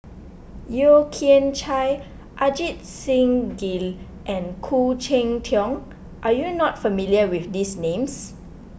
Yeo Kian Chye Ajit Singh Gill and Khoo Cheng Tiong are you not familiar with these names